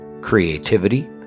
creativity